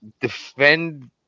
defend